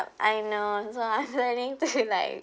I know so I really do like